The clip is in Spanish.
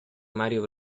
mario